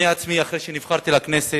אני עצמי, אחרי שנבחרתי לכנסת,